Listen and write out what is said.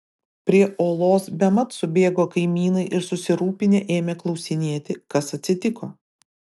prie olos bemat subėgo kaimynai ir susirūpinę ėmė klausinėti kas atsitiko